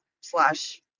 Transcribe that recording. slash